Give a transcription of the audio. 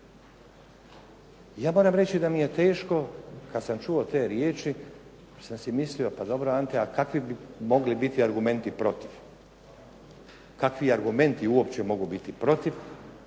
Ja moram reći da mi je teško kad sam čuo te riječi sam si mislio, pa dobro Ante, kakvi bi mogli biti argumenti protiv. Kakvi argumenti uopće mogu biti protiv